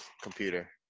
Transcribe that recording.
computer